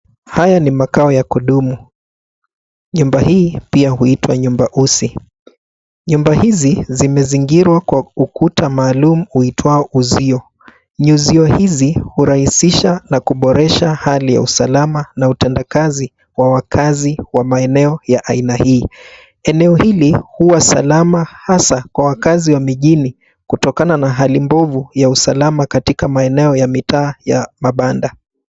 Haya ni makao ya kudumu. Nyumba hii pia huitwa nyumba usi. Nyumba hizi zimezingirwa na ukuta maalum uitwao uzio, nyuzio hizi husaidia kuboresha hali ya usalama na utendakazi wa wakaazi wa maeneo ya aina hii. Eneo hili huwa salama hasa kwa wakaazi wa mijini kutokana na hali mbovu ya usalama katika maeneo ya mitaa ya mabanda.